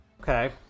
okay